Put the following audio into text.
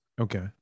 Okay